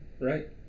Right